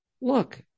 look